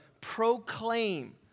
proclaim